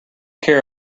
care